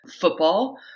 football